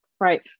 right